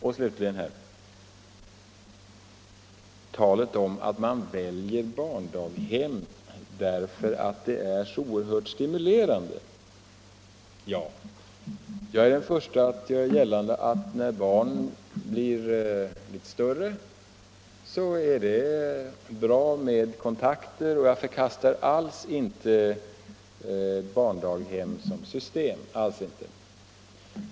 Vad slutligen gäller talet om att människor väljer barndaghem därför att det är så oerhört stimulerande: Jag är den förste att göra gällande att när barnen blir litet större är det bra med kontakter, och jag förkastar inte alls barndaghem som system.